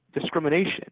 discrimination